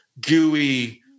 gooey